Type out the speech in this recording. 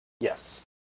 Yes